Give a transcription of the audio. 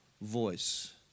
voice